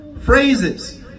phrases